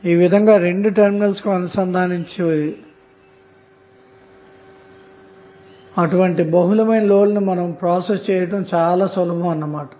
ఈ విధంగా రెండు టెర్మినల్స్ కు అనుసంధానించిన బహుళ లోడ్ లను ప్రాసెస్చేయుట చాలా సులభమన్నమాట